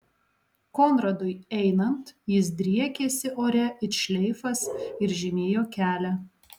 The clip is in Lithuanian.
konradui einant jis driekėsi ore it šleifas ir žymėjo kelią